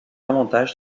avantage